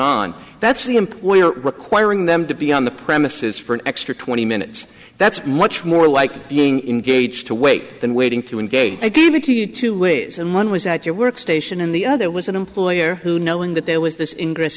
on that's the employer requiring them to be on the premises for an extra twenty minutes that's much more like being in gauge to wait than waiting to engage they give it to you two ways and one was at your work station and the other was an employer who knowing that there was this